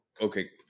okay